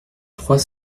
trois